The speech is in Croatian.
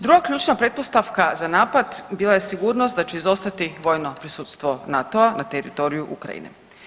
Druga ključna pretpostavka za napad bila je sigurnost da će izostati vojno prisustvo NATO-a na teritoriju Ukrajine.